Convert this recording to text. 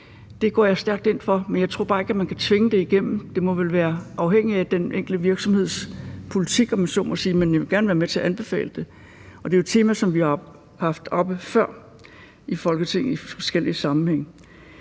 Det går jeg stærkt ind for, men jeg tror bare ikke, at man kan tvinge det igennem. Det må vel være afhængigt af den enkelte virksomheds politik, om man så må sige. Men jeg vil gerne være med til at anbefale det. Det er jo et tema, som vi har haft oppe før i Folketinget i forskellige sammenhænge.